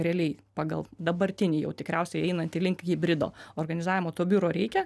realiai pagal dabartinį jau tikriausiai einantį link hibrido organizavimo to biuro reikia